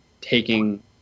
taking